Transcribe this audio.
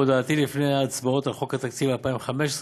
בהודעתי לפני ההצבעות על חוק התקציב לשנים 2015